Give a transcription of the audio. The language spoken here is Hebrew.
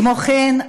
כמו כן,